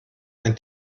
ein